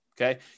okay